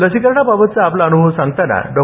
लसीकरणाबाबतचा आपला अनुभव सांगताना डॉ